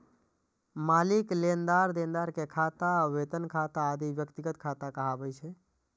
मालिक, लेनदार, देनदार के खाता, वेतन खाता आदि व्यक्तिगत खाता कहाबै छै